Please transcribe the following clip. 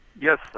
Yes